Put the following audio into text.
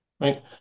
Right